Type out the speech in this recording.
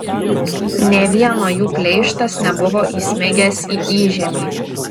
nė vieno jų pleištas nebuvo įsmigęs į įžemį